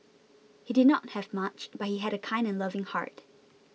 he did not have much but he had a kind and loving heart